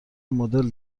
مدل